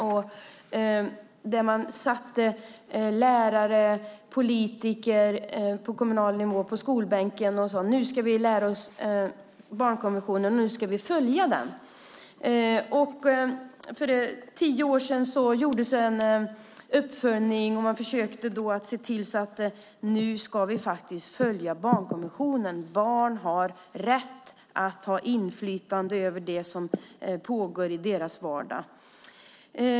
Man satte lärare och politiker på kommunal nivå på skolbänken och sade att nu ska vi lära oss barnkonventionen, och vi ska följa den. För 10 år sedan gjordes en uppföljning, och man försökte då se till att man skulle följa barnkonventionen. Barn har rätt att ha inflytande över det som pågår i deras vardag.